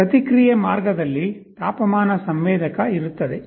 ಪ್ರತಿಕ್ರಿಯೆ ಮಾರ್ಗದಲ್ಲಿ ತಾಪಮಾನ ಸಂವೇದಕ ಇರುತ್ತದೆ